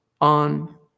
on